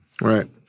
Right